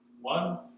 One